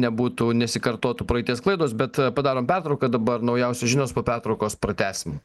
nebūtų nesikartotų praeities klaidos bet padarom pertrauką dabar naujausios žinios po pertraukos pratęsim